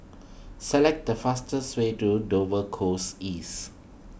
select the fastest way to Dover Close East